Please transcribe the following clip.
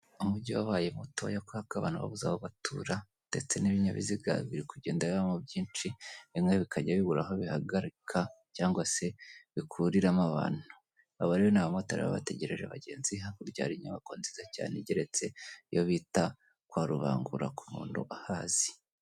Umujyi wabaye mutoya kubera ko abantu babuze aho batura, ndetse n'ibinyabiziga biri kugenda bibamo byinshi, bimwe bikajya bibura aho bihagarika cg se bikuriramo abantu. Aba rero ni abamotari baba bategereje abagenzi, hakurya hari inyubako nziza cyane igereretse, iyo bita kwa Rubangura ku muntuhazi.